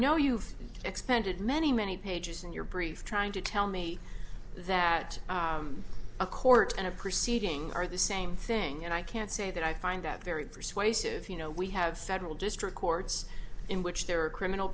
know you've expended many many pages in your brief trying to tell me that a court and a proceeding are the same thing and i can't say that i find that very persuasive you know we have federal district courts in which there are criminal